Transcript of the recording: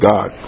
God